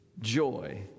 joy